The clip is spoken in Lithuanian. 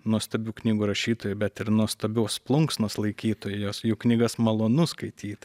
nuostabių knygų rašytojai bet ir nuostabios plunksnos laikytojai jos jų knygas malonu skaityt